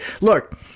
look